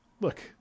Look